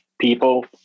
people